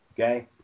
okay